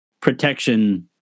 protection